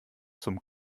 zum